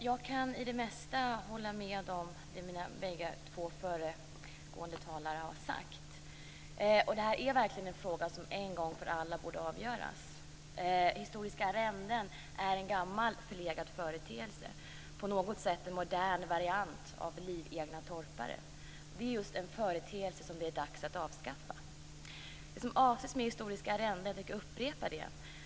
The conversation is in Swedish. Fru talman! Jag kan hålla med om det mesta som de två föregående talarna har sagt. Detta är verkligen en fråga som en gång för alla borde avgöras. Historiska arrenden är en gammal förlegad företeelse. Det är på något sätt en modern variant av livegna torpare. Det är en företeelse som det är dags att avskaffa. Jag tänker upprepa vad som avses med historiska arrenden.